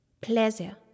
Pleasure